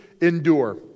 endure